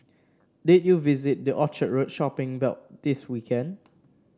did you visit the Orchard Road shopping belt this weekend